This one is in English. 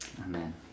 Amen